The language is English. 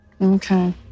Okay